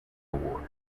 award